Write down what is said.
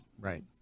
Right